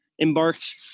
embarked